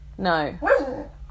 No